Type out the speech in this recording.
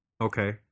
Okay